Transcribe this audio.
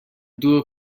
دور